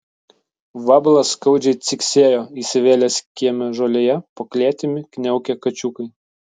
vabalas skaudžiai ciksėjo įsivėlęs kieme žolėje po klėtimi kniaukė kačiukai